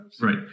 Right